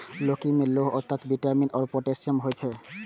लौकी मे लौह तत्व, विटामिन आ पोटेशियम होइ छै